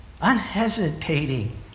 unhesitating